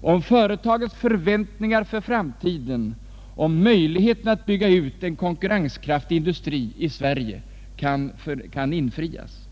om företagens förväntningar för framtiden beträffande möjligheterna att bygga ut en konkurrenskraftig industri i Sverige kan infrias.